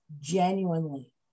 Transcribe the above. genuinely